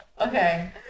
okay